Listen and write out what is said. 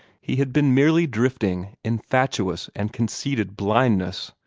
he had been merely drifting in fatuous and conceited blindness.